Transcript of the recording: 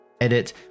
Edit